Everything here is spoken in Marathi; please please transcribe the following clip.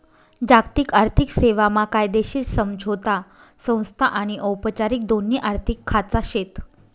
जागतिक आर्थिक सेवा मा कायदेशीर समझोता संस्था आनी औपचारिक दोन्ही आर्थिक खाचा शेत